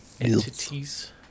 Entities